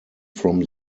from